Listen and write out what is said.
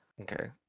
Okay